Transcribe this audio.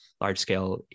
large-scale